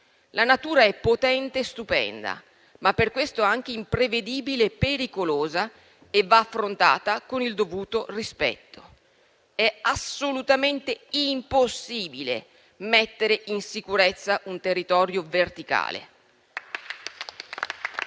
La natura è potente e stupenda, ma per questo anche imprevedibile e pericolosa, e va affrontata con il dovuto rispetto. È assolutamente impossibile mettere in sicurezza un territorio verticale.